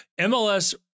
MLS